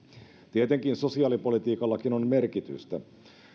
tietenkin sosiaalipolitiikallakin on merkitystä